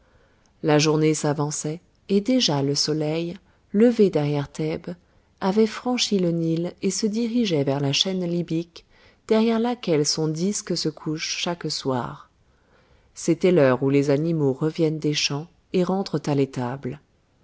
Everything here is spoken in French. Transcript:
la journée s'avançait et déjà le soleil levé derrière thèbes avait franchi le nil et se dirigeait vers la chaîne libyque derrière laquelle son disque se couche chaque soir c'était l'heure où les animaux reviennent des champs et rentrent à l'étable